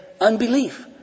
unbelief